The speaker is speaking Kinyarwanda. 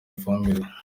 ifumbire